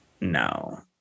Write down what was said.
No